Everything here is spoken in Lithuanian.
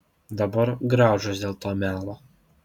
dabar griaužiuos dėl to melo